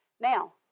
Now